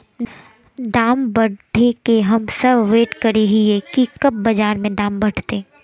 दाम बढ़े के हम सब वैट करे हिये की कब बाजार में दाम बढ़ते?